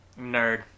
Nerd